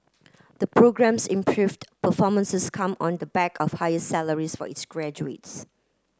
the programme's improved performances come on the back of higher salaries for its graduates